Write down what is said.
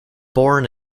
born